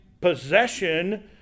possession